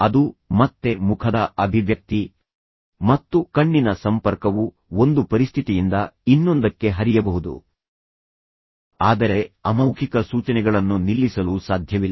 ಅದು ಮತ್ತೆ ಮುಖದ ಅಭಿವ್ಯಕ್ತಿ ಮತ್ತು ಕಣ್ಣಿನ ಸಂಪರ್ಕವು ಒಂದು ಪರಿಸ್ಥಿತಿಯಿಂದ ಇನ್ನೊಂದಕ್ಕೆ ಹರಿಯಬಹುದು ಆದರೆ ಅಮೌಖಿಕ ಸೂಚನೆಗಳನ್ನು ನಿಲ್ಲಿಸಲು ಸಾಧ್ಯವಿಲ್ಲ